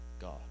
God